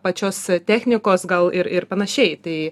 pačios technikos gal ir ir panašiai tai